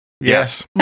Yes